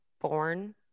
born